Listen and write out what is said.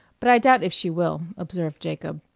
but i doubt if she will, observed jacob,